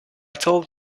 told